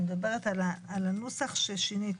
אני מדברת על הנוסח ששינית.